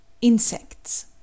insects